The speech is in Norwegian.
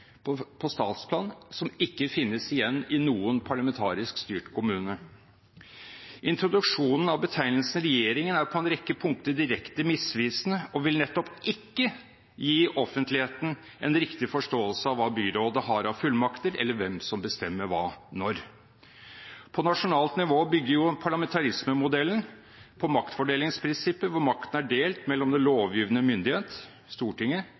på statsplan som ikke finnes igjen i noen parlamentarisk styrt kommune. Introduksjonen av betegnelsen «regjering» er på en rekke punkter direkte misvisende og vil nettopp ikke gi offentligheten en riktig forståelse av hva byrådet har av fullmakter, eller hvem som bestemmer hva når. På nasjonalt nivå bygger jo parlamentarismemodellen på maktfordelingsprinsippet, hvor makten er delt mellom den lovgivende myndighet, Stortinget,